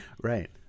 right